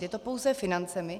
Je to pouze financemi?